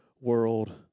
world